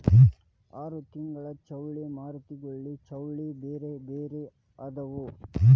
ಆರತಿಂಗ್ಳ ಚೌಳಿ ಮೂರತಿಂಗ್ಳ ಚೌಳಿ ಬ್ಯಾರೆ ಬ್ಯಾರೆ ಅದಾವ